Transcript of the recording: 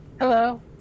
Hello